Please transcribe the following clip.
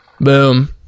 Boom